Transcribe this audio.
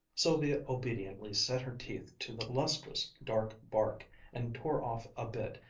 sylvia obediently set her teeth to the lustrous, dark bark and tore off a bit,